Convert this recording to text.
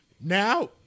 now